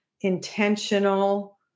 intentional